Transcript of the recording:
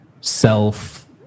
self